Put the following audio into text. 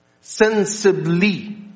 sensibly